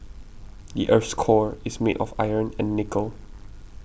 the earth's core is made of iron and nickel